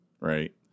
right